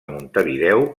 montevideo